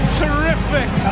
terrific